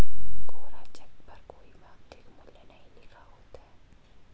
कोरा check पर कोई मौद्रिक मूल्य नहीं लिखा होता है